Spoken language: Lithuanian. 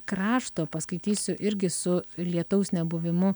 krašto paskaitysiu irgi su lietaus nebuvimu